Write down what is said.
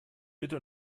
bitte